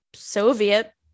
Soviet